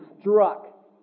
struck